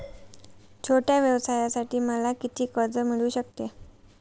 छोट्या व्यवसायासाठी मला किती कर्ज मिळू शकते?